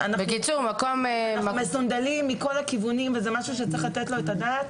אנחנו מסונדלים מכל הכיוונים וזה משהו שצריך לתת לו את הדעת.